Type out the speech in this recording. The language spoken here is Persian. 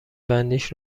بندیش